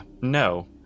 no